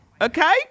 okay